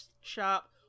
shop